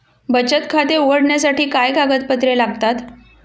बचत खाते उघडण्यासाठी काय कागदपत्रे लागतात?